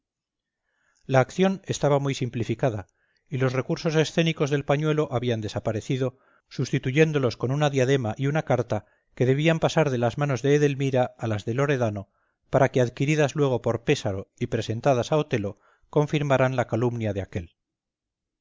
la acción estaba muy simplificada y los recursos escénicos del pañuelo habían desaparecido sustituyéndolos con una diadema y una carta que debían pasar de las manos de edelmira a las de loredano para que adquiridas luego por pésaro y presentadas a otelo confirmaran la calumnia de aquél